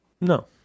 No